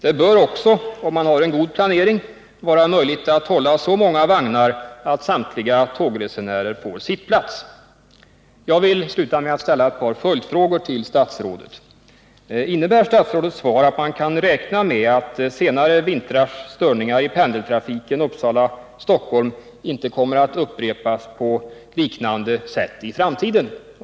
Det bör också, om man har en god planering, vara möjligt att hålla så många vagnar att samtliga tågresenärer får sittplats. Jag vill sluta med att ställa ett par följdfrågor till statsrådet: Innebär statsrådets svar att man kan räkna med att senare vintrars störningar i pendeltrafiken Uppsala-Stockholm inte kommer att upprepas på liknande sätt i framtiden?